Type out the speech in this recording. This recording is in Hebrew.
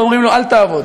ואומרים לו: אל תעבוד,